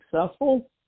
successful